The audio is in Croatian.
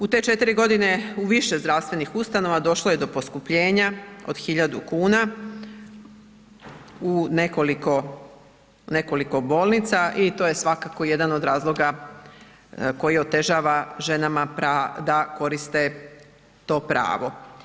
U te 4 godine u više zdravstvenih ustanova došlo je do poskupljenja od hiljadu kuna u nekoliko bolnica i to je svakako jedan od razloga koji otežava ženama da koriste to pravo.